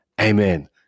Amen